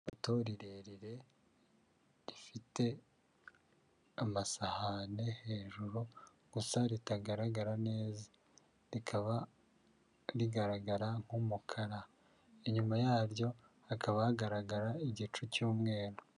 Ipoto rirerire rifite amasahane hejuru gusa ritagaragara neza rikaba rigaragara nk'umukara, inyuma yaryo hakaba hagaragara igicu cy'umweru.